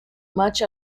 much